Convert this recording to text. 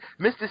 Mr